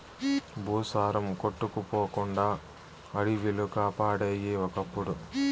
భూసారం కొట్టుకుపోకుండా అడివిలు కాపాడేయి ఒకప్పుడు